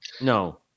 no